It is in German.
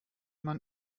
man